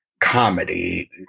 comedy